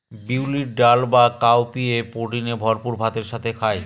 বিউলির ডাল বা কাউপিএ প্রোটিনে ভরপুর ভাতের সাথে খায়